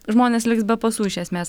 žmonės liks be pasų iš esmės